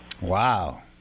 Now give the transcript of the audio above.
Wow